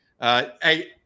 Hey